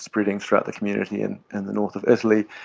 spreading throughout the community in and the north of italy,